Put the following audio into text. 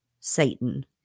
Satan